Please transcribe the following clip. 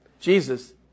Jesus